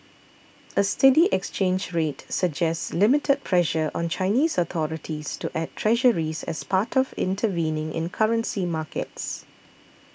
a steady exchange rate suggests limited pressure on Chinese authorities to add Treasuries as part of intervening in currency markets